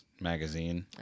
magazine